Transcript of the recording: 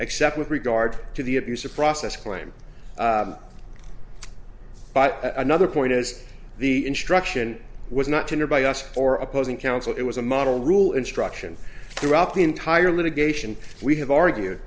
except with regard to the abuse of process claim but another point is the instruction was not to enter by us or opposing counsel it was a model rule instruction throughout the entire litigation we have argued